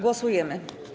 Głosujemy.